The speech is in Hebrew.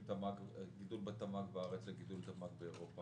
גידול תמ"ג בארץ לגידול תמ"ג באירופה.